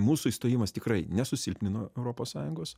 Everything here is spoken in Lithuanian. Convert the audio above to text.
mūsų įstojimas tikrai nesusilpnino europos sąjungos